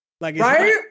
Right